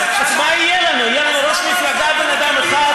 אז למה עזבת את המפלגה שלך?